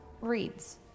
reads